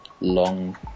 Long